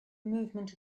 movement